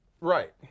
Right